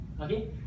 Okay